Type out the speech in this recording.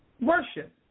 worship